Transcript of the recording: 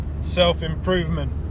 self-improvement